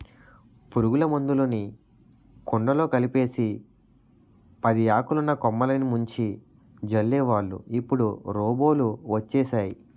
పురుగుల మందులుని కుండలో కలిపేసి పదియాకులున్న కొమ్మలిని ముంచి జల్లేవాళ్ళు ఇప్పుడు రోబోలు వచ్చేసేయ్